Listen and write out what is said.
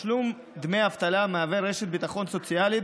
תשלום דמי אבטלה מהווה רשת ביטחון סוציאלית